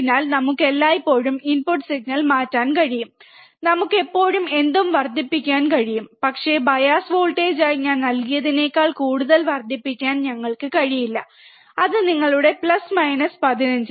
അതിനാൽ നമുക്ക് എല്ലായ്പ്പോഴും ഇൻപുട്ട് സിഗ്നൽ മാറ്റാൻ കഴിയും നമുക്ക് എപ്പോഴും എന്തും വർദ്ധിപ്പിക്കാൻ കഴിയും പക്ഷേ ബയാസ് വോൾട്ടേജായി ഞാൻ നൽകിയതിനേക്കാൾ കൂടുതൽ വർദ്ധിപ്പിക്കാൻ ഞങ്ങൾക്ക് കഴിയില്ല അത് നിങ്ങളുടെ പ്ലസ് മൈനസ് 15